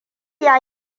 ya